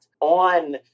on